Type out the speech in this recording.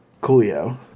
Coolio